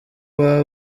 baba